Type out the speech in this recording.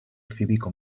cívico